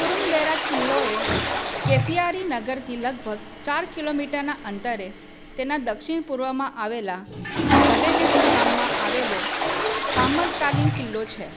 કુરુમ્બેરા કિલ્લોએ કેશિયારી નગરથી લગભગ ચાર કિલોમીટરના અંતરે તેના દક્ષિણપૂર્વમાં આવેલાં ગગનેશ્વર ગામમાં આવેલો સામંતકાલીન કિલ્લો છે